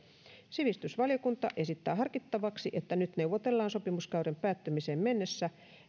sivistysvaliokunta esittää harkittavaksi että nyt neuvotellun sopimuskauden päättymiseen mennessä